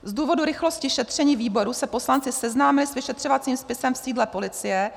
Z důvodu rychlosti šetření výboru se poslanci seznámili s vyšetřovacím spisem v sídle policie.